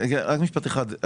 כן, רק משפט אחד.